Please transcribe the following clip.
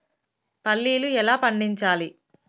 పల్లీలు ఎలా పండించాలి?